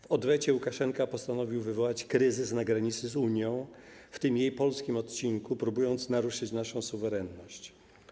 W odwecie Łukaszenka postanowił wywołać kryzys na granicy z Unią Europejską, w tym jej polskim odcinku, próbując zarazem naruszyć naszą suwerenność.